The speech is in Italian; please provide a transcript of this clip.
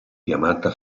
chiamata